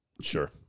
Sure